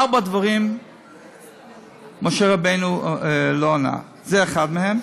ארבעה דברים משה רבנו לא ענה, וזה אחד מהם.